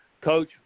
Coach